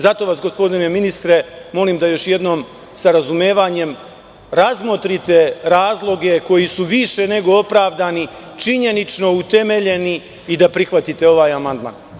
Zato vas, gospodine ministre, još jednom molim da sa razumevanjem razmotrite razloge koji su više nego opravdani, činjenično utemeljeni i da prihvatite ovaj amandman.